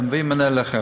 מביאים מנהל אחר.